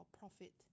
profit